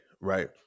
right